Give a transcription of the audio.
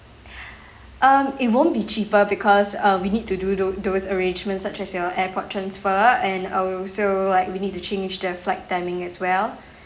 um it won't be cheaper because uh we need to do to those those arrangements such as your airport transfer and also like we need to change the flight timing as well